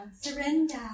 Surrender